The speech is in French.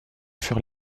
furent